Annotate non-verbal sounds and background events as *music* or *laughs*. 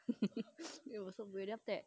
*laughs*